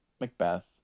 Macbeth